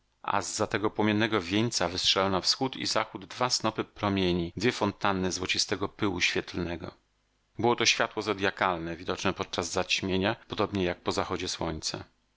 za tego płomiennego wieńca wystrzelały na wschód i zachód dwa snopy promieni dwie fontanny złocistego pyłu świetlnego było to światło zodjakalne widoczne podczas zaćmienia podobnie jak po zachodzie słońca